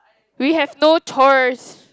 we have no choice